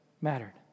mattered